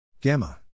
gamma